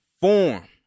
form